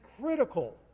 critical